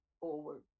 forward